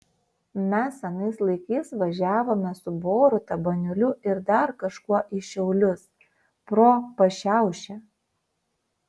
mes anais laikais važiavome su boruta baniuliu ir dar kažkuo į šiaulius pro pašiaušę